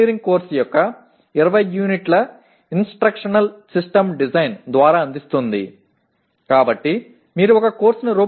தொகுதி 2 20 அலகுகள் மூலம் பொறியியல் பாடநெறியின் அறிவுறுத்தல் அமைப்பு வடிவமைப்பின் கட்டமைப்பை NBA வழங்குகிறது